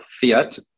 fiat